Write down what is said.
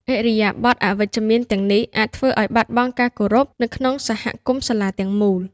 ឥរិយាបថអវិជ្ជមានទាំងនេះអាចធ្វើឲ្យ បាត់បង់ការគោរព នៅក្នុងសហគមន៍សាលាទាំងមូល។